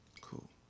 Cool